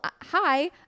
hi